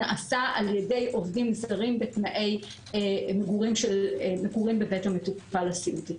נעשה ע"י עובדים זרים בתנאי מגורים בבית המטופל הסיעודי.